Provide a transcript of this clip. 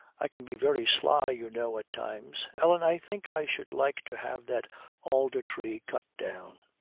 i can be very sly, you know, at times. ellen, i think i should like to have that alder tree cut down.